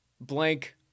blank